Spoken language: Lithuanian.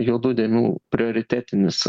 juodų dėmių prioritetinis